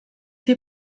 hier